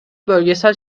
bölgesel